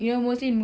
ah